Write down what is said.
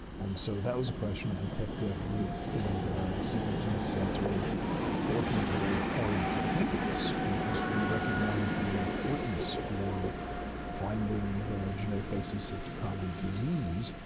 and so, that was a question of the tech dev group in the sequencing center working very hard to do this, because we recognize the importance for finding the genetic basis of common disease.